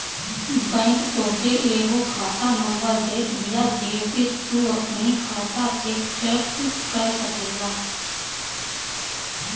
bank तोहके एगो खाता नंबर देत बिया जेसे तू अपनी खाता के ट्रैक कर सकेला